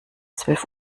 zwölf